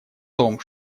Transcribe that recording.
том